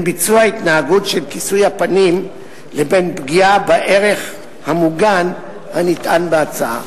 ביצוע ההתנהגות של כיסוי הפנים לבין פגיעה בערך המוגן כנטען בהצעה.